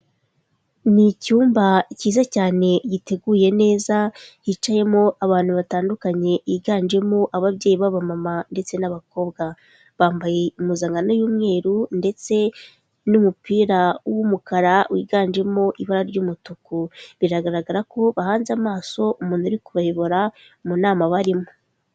Ni icyumba cyiza cyane giteguye neza hicayemo abantu batandukanye biganjemo ababyeyi b'abamama ndetse n'abakobwa, bambaye impuzankano y'umweru ndetse n'umupira w'umukara wiganjemo ibara ry'umutuku, biragaragara ko bahanze amaso umuntu uri kubayobora mu nama barimo.